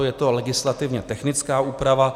Je to legislativně technická úprava.